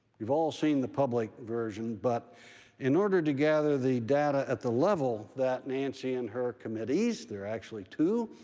you've all seen the public version, but in order to gather the data at the level that nancy and her committees there are actually two